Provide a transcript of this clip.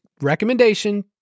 recommendation